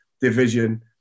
division